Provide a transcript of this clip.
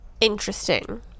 interesting